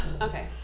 Okay